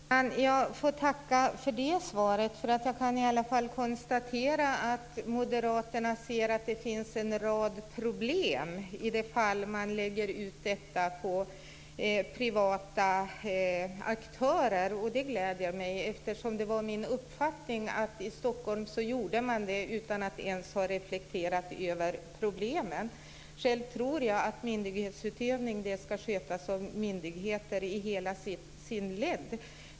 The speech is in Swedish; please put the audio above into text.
Fru talman! Jag får tacka för det svaret. Jag kan konstatera att Moderaterna ser att det finns en rad problem med att lägga ut detta på privata aktörer. Det gläder mig eftersom det är min uppfattning att man gjorde detta i Stockholm utan att ens ha reflekterat över problemen. Själv menar jag att myndighetsutövning i dess helhet ska skötas av myndigheter.